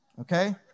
okay